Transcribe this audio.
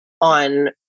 on